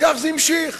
וכך זה נמשך.